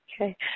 Okay